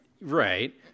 right